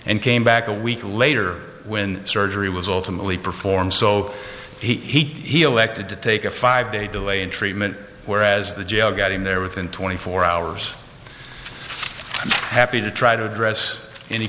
and came back a week later when surgery was alternately performed so he elected to take a five day delay in treatment whereas the jail got him there within twenty four hours happy to try to address any